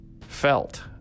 felt